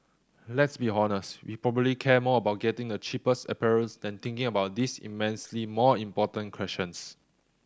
let's be honest we probably care more about getting the cheapest apparels than thinking about these immensely more important questions